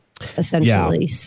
essentially